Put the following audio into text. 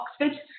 Oxford